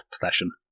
possession